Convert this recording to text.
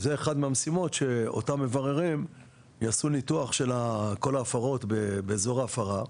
זו אחת מהמשימות שאותם מבררים יעשו ניתוח של כל ההפרות באזור ההפרה.